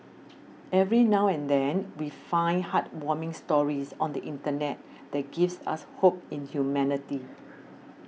every now and then we find heartwarming stories on the internet that gives us hope in humanity